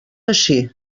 així